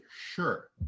Sure